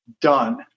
done